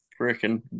freaking